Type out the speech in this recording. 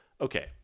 Okay